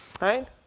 Right